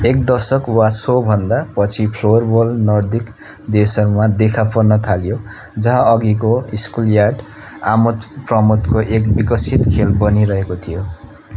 एक दशक वा सोभन्दा पछि फ्लोरबल नर्डिक देशहरूमा देखा पर्न थाल्यो जहाँ अघिको स्कुलयार्ड आमोदप्रमोदको एक विकसित खेल बनिरहेको थियो